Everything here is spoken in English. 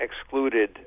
excluded